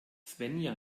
svenja